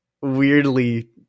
weirdly